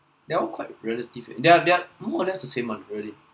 they all quite relative eh they are they are more or less the same one really